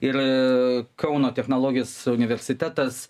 ir kauno technologijos universitetas